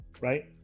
right